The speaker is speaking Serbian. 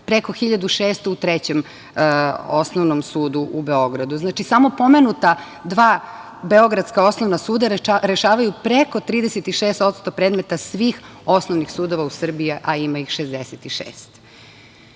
preko 1.600 u Trećem osnovnom sudu u Beogradu. Znači, samo pomenuta dva beogradska osnovna suda rešavaju preko 36% predmeta svih osnovnih sudova u Srbiji, a ima ih